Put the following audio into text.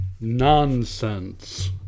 Nonsense